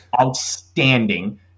Outstanding